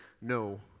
No